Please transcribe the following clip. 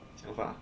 想法